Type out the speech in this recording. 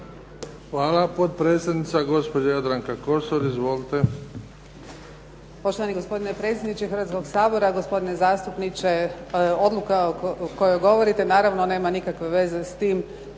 Hvala. Potpredsjednica, gospođa Jadranka Kosor. Izvolite.